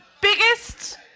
biggest